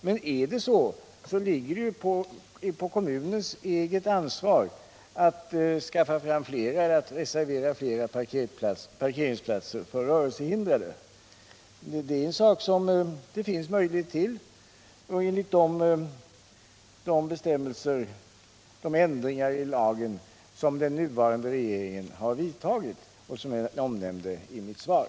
Men är det så ligger det på kommunens eget ansvar att reservera fler parkeringsplatser för rörelsehindrade. Det är en sak som det finns möjlighet till enligt de ändringar i lagen som den nuvarande regeringen har vidtagit och som jag nämnde i mitt svar.